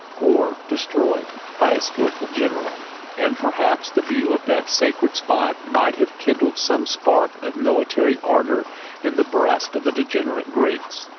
or destroyed, by a skilful general and perhaps the view of that sacred spot might have kindled some sparks of military ardor in the breasts of the degenerate greeks.